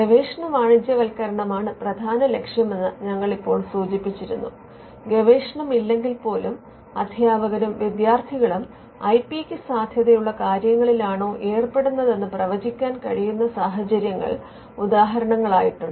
ഗവേഷണ വാണിജ്യവത്ക്കരണമാണ് പ്രധാന ലക്ഷ്യമെന്ന് ഞങ്ങൾ ഇപ്പോൾ സൂചിപ്പിച്ചിരുന്നു ഗവേഷണമില്ലെങ്കിൽപ്പോലും അദ്ധ്യാപകരും വിദ്യാർത്ഥികളും ഐ പി ക്ക് സാധ്യതയുള്ള കാര്യങ്ങളിലാണോ ഏർപെടുന്നതെന്നു പ്രവചിക്കാൻ കഴിയുന്ന സാഹചര്യങ്ങൾ ഉദാഹരണങ്ങളായിട്ടുണ്ട്